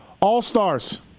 All-stars